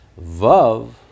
Vav